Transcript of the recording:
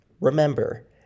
Remember